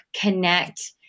connect